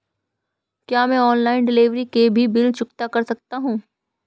क्या मैं online delivery के भी बिल चुकता कर सकता हूँ?